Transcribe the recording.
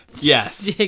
yes